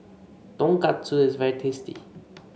tonkatsu is very tasty